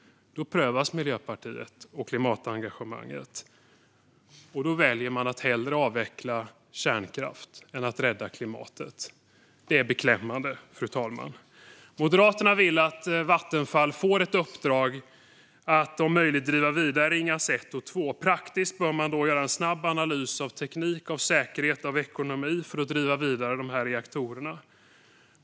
Då prövas Miljöpartiets klimatengagemang, men man väljer att hellre avveckla kärnkraft än att rädda klimatet. Det är beklämmande, fru talman. Moderaterna vill att Vattenfall får ett uppdrag att om möjligt driva vidare Ringhals 1 och 2. Praktiskt bör man då göra en snabb analys av teknik, säkerhet och ekonomi för att driva vidare dessa reaktorer.